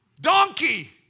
donkey